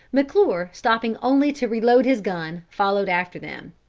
mcclure, stopping only to reload his gun, followed after them.